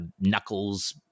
knuckles